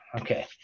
okay